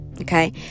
okay